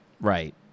right